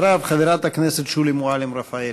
אחריו, חברת הכנסת שולי מועלם-רפאלי.